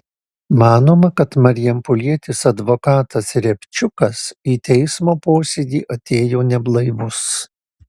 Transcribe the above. manoma kad marijampolietis advokatas riabčiukas į teismo posėdį atėjo neblaivus